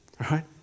right